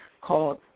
called